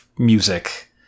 Music